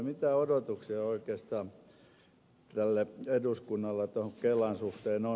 mitä odotuksia oikeastaan tällä eduskunnalla kelan suhteen on